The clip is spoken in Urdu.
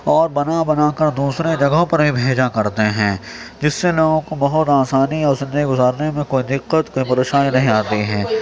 اور بنا بنا کر دوسرے جگہوں پر بھی بھیجا کرتے ہیں جس سے لوگوں کو بہت آسانی اور زندگی گزارنے میں کوئی دقت کوئی پریشانی نہیں آتی ہے